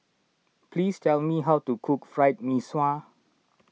please tell me how to cook Fried Mee Sua